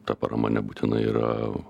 ta parama nebūtinai yra